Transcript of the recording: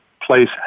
place